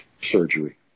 surgery